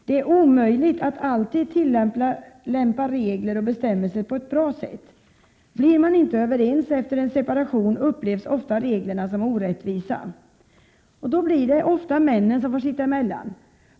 Det är omöjligt att alltid tillämpa regler och bestämmelser på ett bra sätt. Om makarna vid en separation inte blir överens upplevs ofta reglerna som orättvisa. Då blir det ofta männen som får sitta emellan.